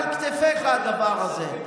זה מונח על כתפיך, הדבר הזה.